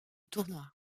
tournoi